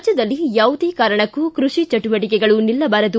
ರಾಜ್ಯದಲ್ಲಿ ಯಾವುದೇ ಕಾರಣಕ್ಕೂ ಕೃಷಿ ಚಟುವಟಿಕೆಗಳು ನಿಲ್ಲಬಾರದು